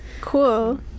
Cool